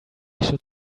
should